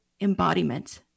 embodiment